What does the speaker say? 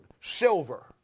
silver